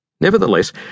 Nevertheless